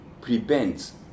prevents